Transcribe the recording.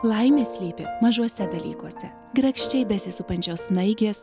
laimė slypi mažuose dalykuose grakščiai besisupančios snaigės